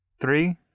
Three